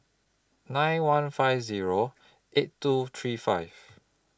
nine one five Zero eight two three five